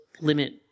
limit